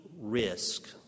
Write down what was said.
risk